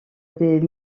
des